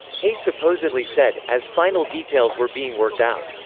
hay supposedly said, as final details were being worked out,